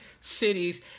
cities